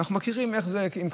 ואנחנו מכירים איך זה עם קבלנים,